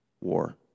war